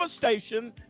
devastation